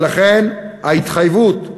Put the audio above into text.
ולכן ההתחייבות היא